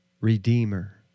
redeemer